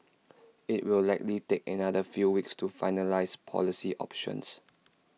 IT will likely take another few weeks to finalise policy options